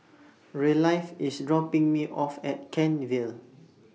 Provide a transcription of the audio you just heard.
Ryleigh IS dropping Me off At Kent Vale